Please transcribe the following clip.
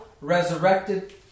resurrected